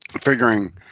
figuring